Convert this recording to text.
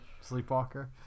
sleepwalker